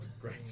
Great